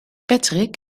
patrick